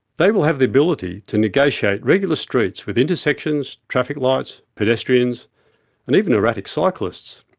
they will have the ability to negotiate regular streets, with intersections, traffic lights, pedestrians and even erratic cyclists.